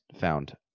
found